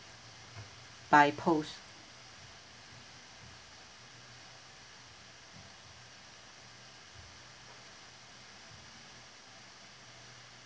by post